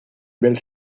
belle